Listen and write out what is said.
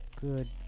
Good